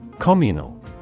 Communal